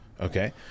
Okay